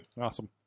Awesome